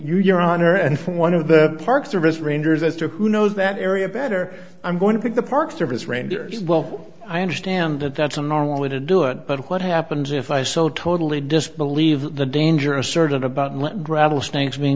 you your honor and one of the park service rangers as to who knows that area better i'm going to pick the park service rangers well i understand that that's a normal way to do it but what happens if i so totally disbelieve the dangerous certain about gravel snakes